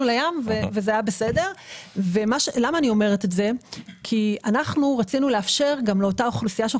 את זה כי אנחנו רצינו לאפשר לאותה אוכלוסייה בה